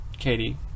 Katie